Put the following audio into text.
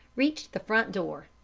reached the front door.